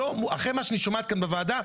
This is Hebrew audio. אחרי מה שאני שומעת כאן בוועדה,